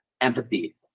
empathy